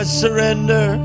surrender